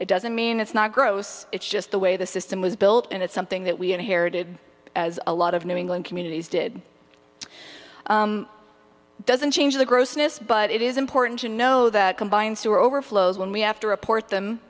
it doesn't mean it's not gross it's just the way the system was built and it's something that we inherited as a lot of new england communities did doesn't change the grossest but it is important to know that combined sewer overflows when we have to report them